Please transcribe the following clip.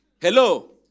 Hello